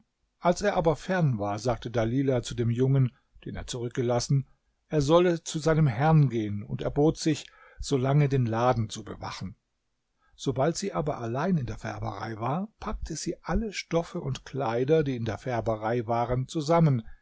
als er aber fern war sagte dalilah zu dem jungen den er zurückgelassen er sollte zu seinem herrn gehen und erbot sich so lange den laden zu bewachen sobald sie aber allein in der färberei war packte sie alle stoffe und kleider die in der färberei waren zusammen